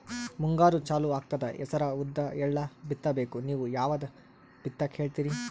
ಮುಂಗಾರು ಚಾಲು ಆಗ್ತದ ಹೆಸರ, ಉದ್ದ, ಎಳ್ಳ ಬಿತ್ತ ಬೇಕು ನೀವು ಯಾವದ ಬಿತ್ತಕ್ ಹೇಳತ್ತೀರಿ?